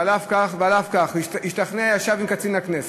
ועל אף זאת, הוא ישב עם קצין הכנסת,